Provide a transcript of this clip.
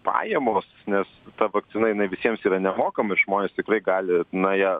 pajamos nes ta vakcina jinai visiems yra nemokama ir žmonės tikrai gali na ją